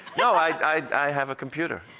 no i have a computer,